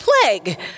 plague